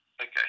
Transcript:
Okay